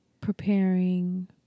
preparing